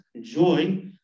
joy